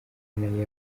imana